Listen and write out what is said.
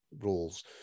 roles